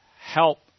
help